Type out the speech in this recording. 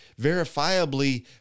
verifiably